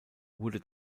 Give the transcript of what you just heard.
wurde